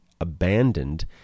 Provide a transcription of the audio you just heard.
abandoned